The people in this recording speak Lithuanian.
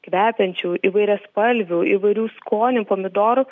kvepiančių įvairiaspalvių įvairių skonių pomidorų